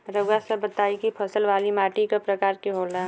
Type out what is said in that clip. रउआ सब बताई कि फसल वाली माटी क प्रकार के होला?